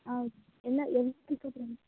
ஆ என்ன எதுக்கு